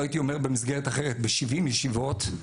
הייתי אומר במסגרת אחרת ב-70 ישיבות,